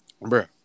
bro